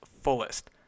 fullest